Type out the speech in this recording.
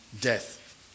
death